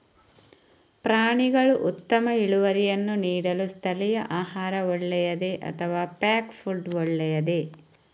ಪ್ರಾಣಿಗಳು ಉತ್ತಮ ಇಳುವರಿಯನ್ನು ನೀಡಲು ಸ್ಥಳೀಯ ಆಹಾರ ಒಳ್ಳೆಯದೇ ಅಥವಾ ಪ್ಯಾಕ್ ಫುಡ್ ಒಳ್ಳೆಯದೇ?